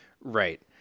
Right